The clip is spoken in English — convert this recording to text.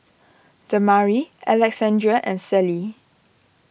Damari Alexandria and Celie